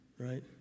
Right